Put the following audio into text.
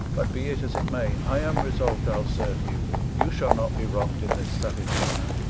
but be it as it may, i am resolved i'll serve you you shall not be wronged in this savage manner.